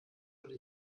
würde